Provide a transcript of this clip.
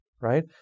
right